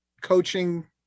coaching